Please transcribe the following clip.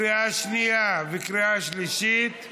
התשע"ח 2018, לקריאה שנייה וקריאה שלישית.